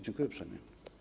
Dziękuję uprzejmie.